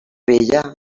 vella